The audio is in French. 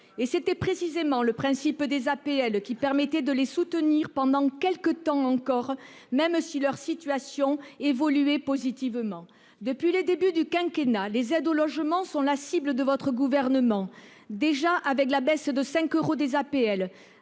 Et c'était précisément le principe des APL : elles permettaient de les soutenir pendant quelque temps encore, même si leur situation évoluait positivement. Depuis le début du quinquennat, les aides au logement sont la cible de votre gouvernement : baisse de 5 euros,